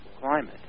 climate